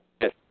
yes